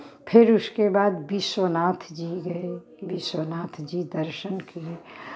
फिर उसके बाद विश्वनाथ जी गए विश्वनाथ जी दर्शन किए